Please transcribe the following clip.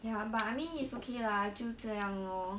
ya but I mean it's okay lah 就这样 lor